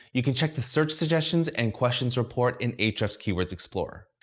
you can check the search suggestions and questions report in ahrefs' keywords explorer.